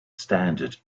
standard